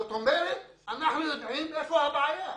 זאת אומרת, אנחנו יודעים איפה הבעיה.